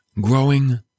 growing